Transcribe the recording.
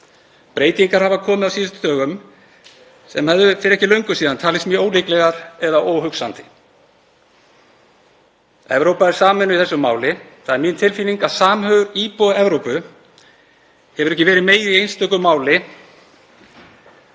Breytingar hafa orðið á síðustu dögum sem hefðu fyrir ekki svo löngu síðan talist mjög ólíklegar eða óhugsandi. Evrópa er sameinuð í þessu máli. Það er mín tilfinning að samhugur íbúa Evrópu hafi um áratugaskeið ekki verið meiri í einstöku máli